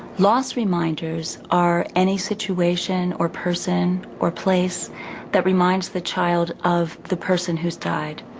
loss reminders are any situation or person or place that reminds the child of the person who died.